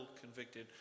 convicted